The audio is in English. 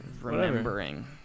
Remembering